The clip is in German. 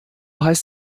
heißt